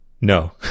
No